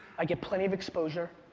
i get plenty of exposure,